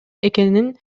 экенин